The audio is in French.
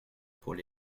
paul